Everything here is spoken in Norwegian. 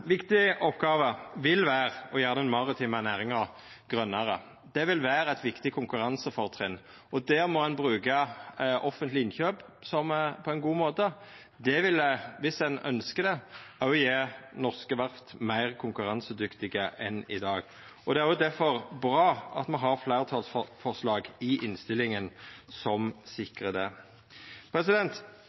viktig oppgåve vil vera å gjera den maritime næringa grønare. Det vil vera eit viktig konkurransefortrinn, og der må ein bruka offentlege innkjøp på ein god måte. Det vil, viss ein ønskjer det, òg gjere norske verft meir konkurransedyktige enn i dag. Det er derfor bra at me i innstillinga har fleirtalsforslag som sikrar det.